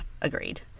agreed